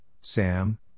Sam